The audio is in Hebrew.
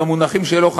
במונחים שלו,